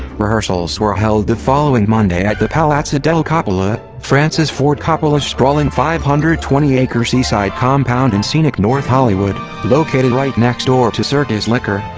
rehearsals were held the following monday at the pallazza del coppola, francis ford coppola's sprawling five hundred and twenty acre seaside compound in scenic north hollywood, located right next door to circus liquor,